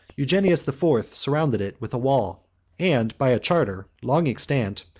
eugenius the fourth surrounded it with a wall and, by a charter long extant,